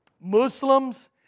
Muslims